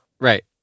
Right